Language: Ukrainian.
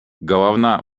головна